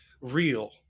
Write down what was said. real